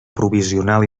provisional